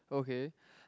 okay